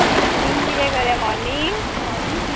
timing कितें करा morning morning